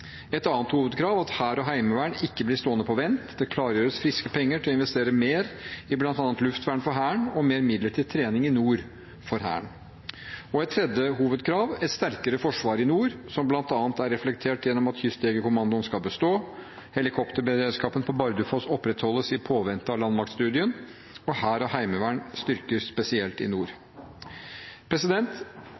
Et annet hovedkrav er at Hæren og Heimevernet ikke må bli stående på vent. Det klargjøres friske penger til å investere mer i bl.a. luftvern for Hæren og mer midler til trening i nord for Hæren. Et tredje hovedkrav er et sterkere forsvar i nord, som bl.a. er reflektert gjennom at Kystjegerkommandoen skal bestå. Helikopterberedskapen på Bardufoss opprettholdes i påvente av landmaktstudien, og Hæren og Heimevernet styrkes, spesielt i nord.